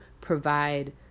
provide